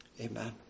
Amen